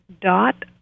dot